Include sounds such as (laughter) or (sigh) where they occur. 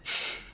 (laughs)